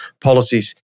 policies